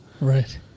right